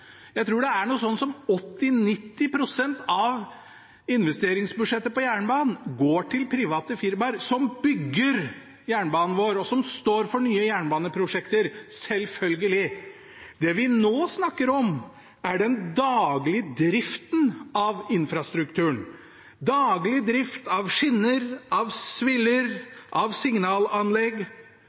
Jeg tror noe sånt som 80–90 pst. av investeringsbudsjettet på jernbanen går til private firmaer som bygger jernbanen vår, og som står for nye jernbaneprosjekter – selvfølgelig. Det vi nå snakker om, er den daglige driften av infrastrukturen – daglig drift av skinner, sviller, signalanlegg